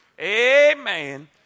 Amen